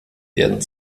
werden